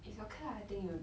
it's okay lah I think you